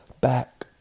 back